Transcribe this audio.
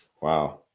wow